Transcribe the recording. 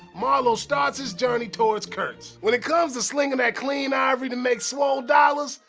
marlow starts his journey towards kurtz. when it comes to slingin that clean ivory to make swole dollas,